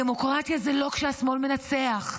דמוקרטיה זה לא כשהשמאל מנצח,